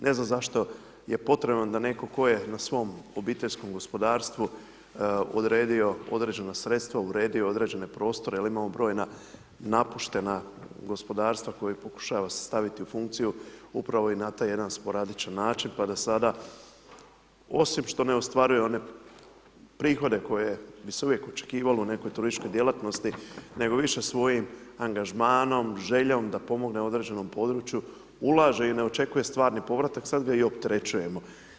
Ne znam zašto je potrebno da netko tko je na svom obiteljskom gospodarstvu odredio određena sredstva, uredio određene prostore jer imamo brojna napuštena gospodarstva koje pokušava se staviti u funkciju upravo i na taj jedan sporadičan način pa da sada osim što ne ostvaruje one prihode koje se uvijek očekivalo u nekoj turističkoj djelatnosti, nego više svojim angažmanom, željom da pomogne određenom području, ulaže i ne očekuje stvarni povratak, sad ga i opterećujemo.